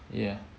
ya